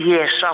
Yes